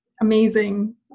amazing